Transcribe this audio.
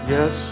Yes